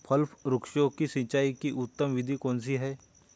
फल वृक्षों की सिंचाई की उत्तम विधि कौन सी है?